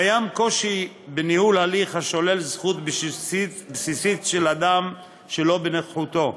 קיים קושי בניהול הליך השולל זכות בסיסית של אדם שלא בנוכחותו,